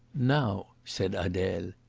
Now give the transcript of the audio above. now, said adele.